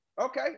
Okay